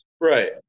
Right